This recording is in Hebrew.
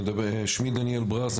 שמי דניאל ברס,